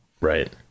Right